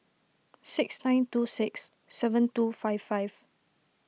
six nine two six seven two five five